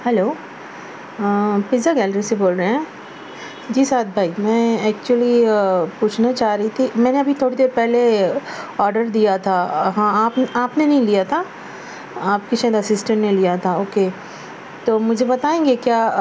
hello ہاں pizza gallery سے بول رہے ہیں جی سعد بھائی میں ایکچولی پوچھنا چاہ رہی تھی میں نے ابھی تھوڑی دیر پہلے آڈر دیا تھا ہاں آپ آپ نے نہیں لیا تھا آپ کے شاید اسسٹنٹ نے لیا تھا او کے تو مجھے بتائیں گے کیا